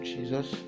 Jesus